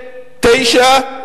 תשעה,